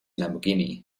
lamborghini